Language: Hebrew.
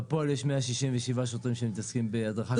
בפועל יש 167 שוטרים שמתעסקים בהדרכה.